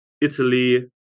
Italy